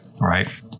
right